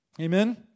Amen